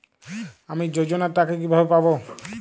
আমি যোজনার টাকা কিভাবে পাবো?